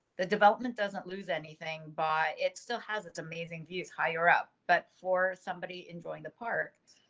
the development doesn't lose anything by it still has its amazing views higher up, but for somebody enjoying the park,